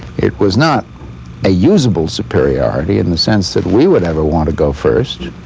it was not a usable superiority in the sense that we would ever want to go first,